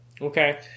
Okay